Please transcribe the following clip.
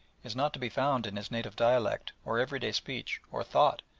is not to be found in his native dialect or everyday speech or thought,